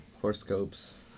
horoscopes